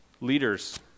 Leaders